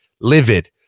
livid